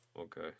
Okay